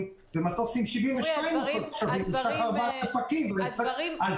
ומטוס עם 72 מושבים גם יפתח ארבעה דלפקים כל עוד הוא לא